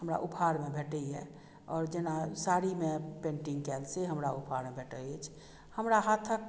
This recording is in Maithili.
हमरा उपहारमे भेटैए आओर जेना साड़ीमे पेंटिंग कयल से हमरा उपहारमे भेटैत अछि हमरा हाथक